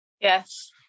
yes